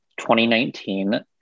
2019